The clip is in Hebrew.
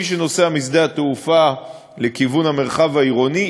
מי שנוסע משדה התעופה לכיוון המרחב העירוני,